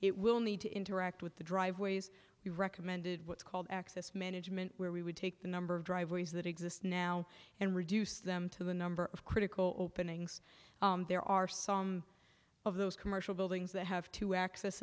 it will need to interact with the driveways we recommended what's called access management where we would take the number of driveways that exist now and reduce them to the number of critical openings there are some of those commercial buildings that have to access